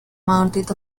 mounted